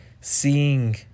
seeing